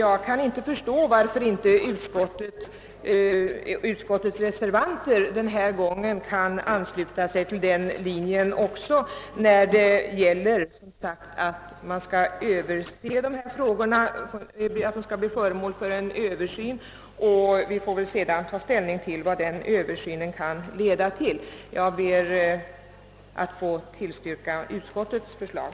Jag kan inte förstå varför inte reservanterna denna gång kan ansluta sig till den linjen, då det gäller att dessa problem skall bli föremål för översyn. Vi får väl sedan ta ställning till vad denna översyn kan leda till. Herr talman! Jag ber att få tillstyrka utskottets förslag.